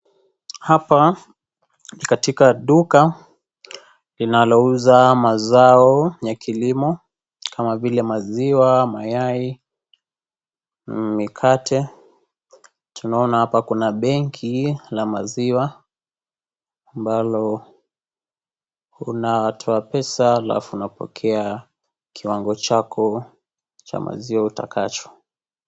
Hapa ni katika duka linalouza mazao ya kilimo kama vile maziwa, mayai, mikate tunaona hapa kuna benki la maziwa ambalo unatoa pesa alafu unapokea kiwango chako cha maziwa utakacho.